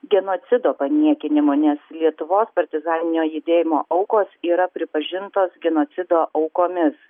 genocido paniekinimo nes lietuvos partizaninio judėjimo aukos yra pripažintos genocido aukomis